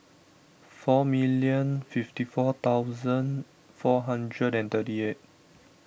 four million fifty four thousand four hundred and thirty eight